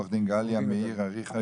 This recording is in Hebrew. עורכת דין גליה מאיר אריכא,